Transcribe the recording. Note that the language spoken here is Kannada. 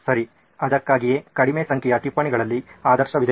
ಸರಿ ಅದಕ್ಕಾಗಿಯೇ ಕಡಿಮೆ ಸಂಖ್ಯೆಯ ಟಿಪ್ಪಣಿಗಳಲ್ಲಿ ಆದರ್ಶವಿದೆ